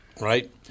right